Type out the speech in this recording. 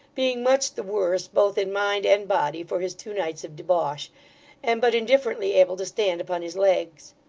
being much the worse, both in mind and body, for his two nights of debauch, and but indifferently able to stand upon his legs.